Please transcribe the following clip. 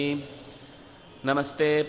Namaste